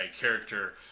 character